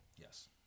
Yes